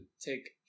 take